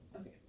Okay